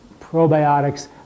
probiotics